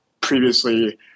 previously